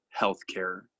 healthcare